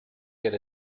get